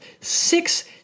six